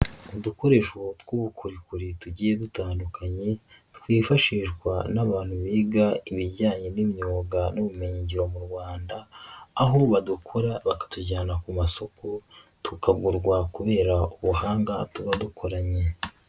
Udukoresho tw'ubukorikori tugiye dutandukanye, twifashishwa n'abantu biga ibijyanye n'imyuga n'ubumenyingiro mu Rwanda, aho badakora bakatujyana ku masoko, tukagurwa kubera ubuhanga tuba dukoranye.